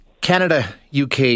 Canada-UK